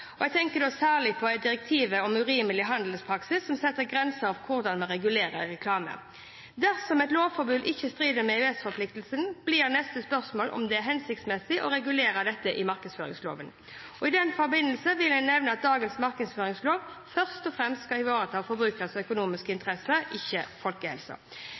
Jeg tenker da særlig på direktivet om urimelig handelspraksis, som setter grenser for hvordan vi regulerer reklame. Dersom et lovforbud ikke strider mot EØS-forpliktelsene, blir neste spørsmål om det er hensiktsmessig å regulere dette i markedsføringsloven. I den forbindelse vil jeg nevne at dagens markedsføringslov først og fremst skal ivareta forbrukernes økonomiske interesser, ikke